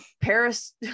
Paris